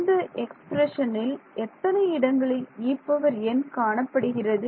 இந்த எக்ஸ்பிரஷனில் எத்தனை இடங்களில் En காணப்படுகிறது